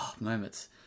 moments